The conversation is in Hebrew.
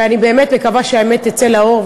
ואני מקווה שהאמת תצא לאור,